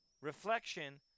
reflection